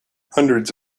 hundreds